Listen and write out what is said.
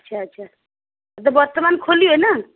ଆଚ୍ଛା ଆଚ୍ଛା ଏବେ ବର୍ତ୍ତମାନ ଖୋଲିବେ ନା